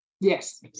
Yes